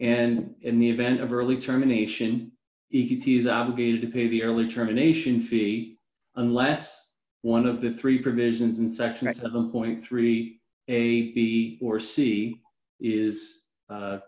and in the event of early terminations he is obligated to pay the early termination fee unless one of the three provisions in section excellent point three a b or c is